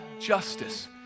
justice